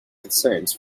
concerns